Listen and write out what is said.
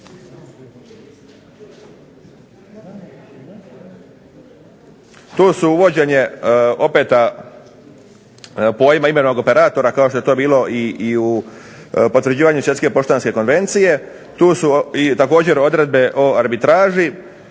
tu su uvođenje pojma imenovanog operatora kao što je to bilo i u potvrđivanju Svjetske poštanske konvencije, tu su također odredbe o arbitraži,